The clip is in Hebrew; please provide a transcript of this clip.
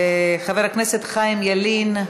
חבר הכנסת חיים ילין,